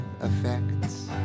effects